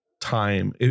time